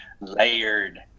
layered